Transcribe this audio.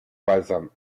balsam